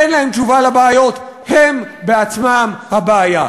אין להם תשובה לבעיות, הם בעצמם הבעיה.